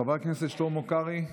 חבר הכנסת שלמה קרעי,